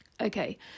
okay